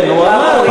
הוא ענה.